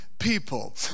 people